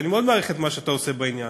ואני מאוד מעריך את מה שאתה עושה בעניין,